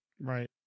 right